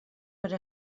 per